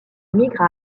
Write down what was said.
migre